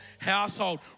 household